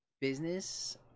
business